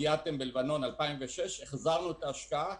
סייעתם בלבנון 2006 והחזרנו את ההשקעה.